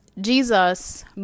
Jesus